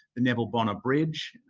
the neville bonner bridge,